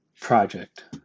project